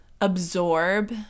absorb